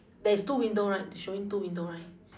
there is two window right showing two window right